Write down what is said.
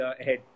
ahead